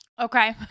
okay